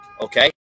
Okay